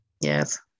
Yes